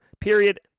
Period